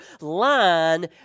line